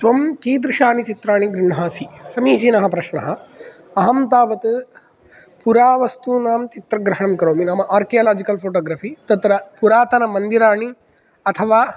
त्वं कीदृशानि चित्राणि गृह्नासि समीचीनः प्रश्नः अहं तावत् पुरावस्तूनां चित्रग्रहणं करोमि नाम आर्कियालाजिकल् फोटोग्राफि तत्र पुरातनमन्दिराणि अथवा